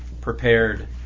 prepared